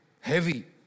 heavy